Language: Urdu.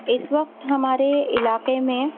اس وقت ہمارے علاقے میں